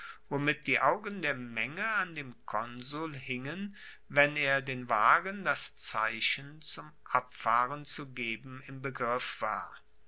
womit die augen der menge an dem konsul hingen wenn er den wagen das zeichen zum abfahren zu geben im begriff war